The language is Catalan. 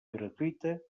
gratuïta